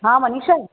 हां मनिषा आहे